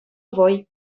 вӑй